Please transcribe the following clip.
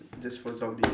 just for zombie